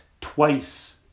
twice